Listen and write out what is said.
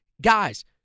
Guys